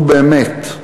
נו, באמת,